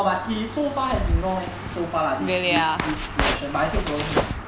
but he he so far has been no leh so far lah he his section but I still follow him lah